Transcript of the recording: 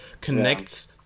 connects